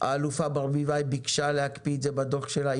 האלופה ברביבאי בקשה להקפיא את זה בדוח שלה.